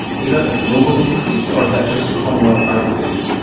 is that a global increase or is that just commonwealth outlays?